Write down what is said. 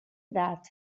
that